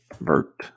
Vert